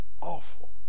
awful